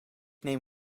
neem